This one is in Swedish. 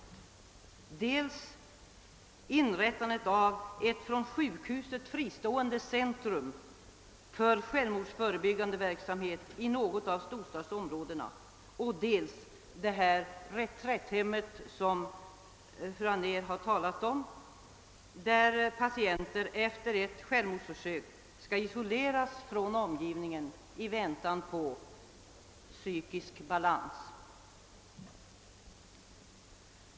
Dessa gäller dels inrättande av ett från sjukhusen fristående centrum för självmordsförebyggande verksamhet i något av storstadsområdena, dels det reträtthem som fru Anér har talat om, där patienter efter ett utfört självmordsförsök skall isoleras från omgivningen i väntan på att återvinna psykisk balans.